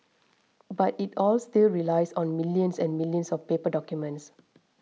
but it all still relies on millions and millions of paper documents